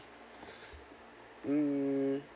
hmm